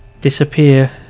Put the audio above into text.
disappear